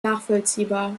nachvollziehbar